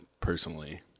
personally